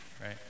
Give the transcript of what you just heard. right